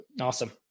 Awesome